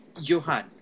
Johan